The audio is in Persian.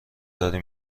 داری